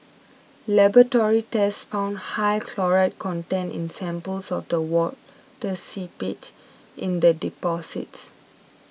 laboratory tests found high chloride content in samples of the water seepage and in the deposits